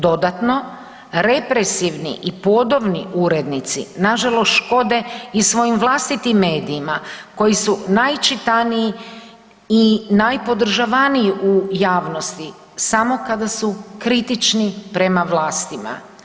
Dodatno, represivni i podobni urednici nažalost škode i svojim vlastitim medijima koji su najčitaniji i najpodržavaniji u javnosti, samo kada su kritični prema vlastima.